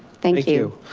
thank you.